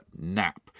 nap